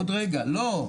לא,